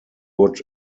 would